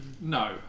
No